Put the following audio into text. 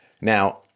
Now